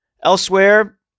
Elsewhere